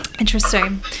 Interesting